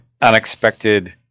unexpected